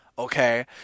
okay